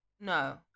no